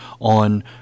on